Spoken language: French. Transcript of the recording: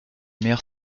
maire